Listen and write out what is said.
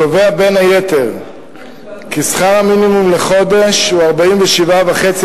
קובע בין היתר כי שכר המינימום לחודש הוא 47.5%